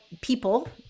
people